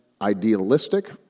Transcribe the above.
idealistic